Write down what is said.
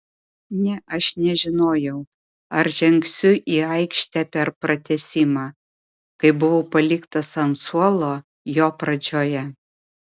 ne aš nežinojau ar žengsiu į aikštę per pratęsimą kai buvau paliktas ant suolo jo pradžioje